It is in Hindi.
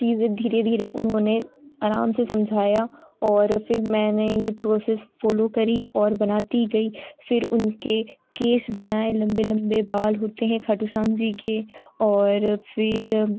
चीज़े धीरे धीरे उन्होने आराम से समझाया और फिर मैंने यह प्रोसेस फ़ोलों करी और बनाती गई फिर उनके केश बनाए लम्बे लम्बे बाल होते हैं खाटू श्याम जी के और फिर